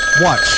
Watch